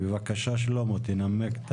בבקשה, שלמה, תנמק את